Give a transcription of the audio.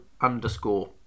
underscore